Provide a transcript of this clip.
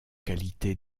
qualité